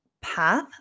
path